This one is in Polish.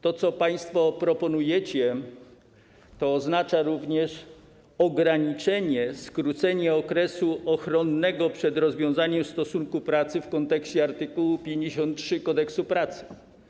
To, co państwo proponujecie, oznacza również ograniczenie, skrócenie okresu ochronnego przed rozwiązaniem stosunku pracy w kontekście art. 53 Kodeksu pracy.